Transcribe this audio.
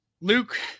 luke